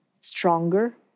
stronger